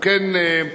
אם כן,